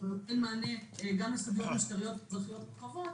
שנותן מענה גם לסוגיות משטריות אזרחיות נרחבות,